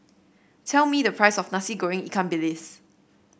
tell me the price of Nasi Goreng Ikan Bilis